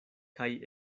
kaj